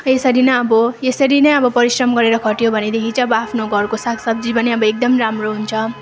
यसरी नै अब यसरी नै अब परिश्रम गरेर खट्यो भनेदेखि चाहिँ आफ्नो घरको साग सब्जी पनि अब एकदम राम्रो हुन्छ